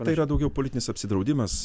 tai yra daugiau politinis apsidraudimas